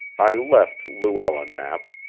i left luella knapp,